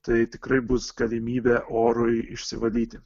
tai tikrai bus galimybė orui išsivalyti